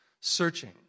searching